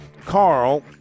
Carl